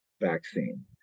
vaccine